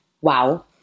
wow